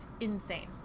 insane